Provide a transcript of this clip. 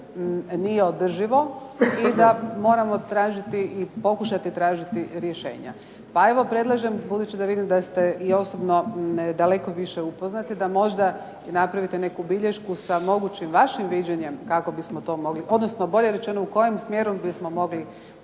nije održivo, i da moramo tražiti i pokušati tražiti rješenja. Pa evo, predlažem, budući da vidim da i osobno ste puno više upoznati da možda napravite neku bilješku sa mogućim vašim viđenjem u kojem smjeru bismo mogli